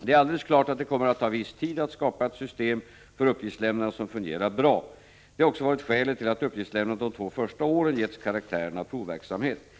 Det är alldeles klart att det kommer att ta viss tid att skapa ett system för uppgiftslämnandet som fungerar bra. Detta har också varit skälet till att uppgiftslämnandet de två första åren getts karaktären av provverksamhet.